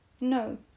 no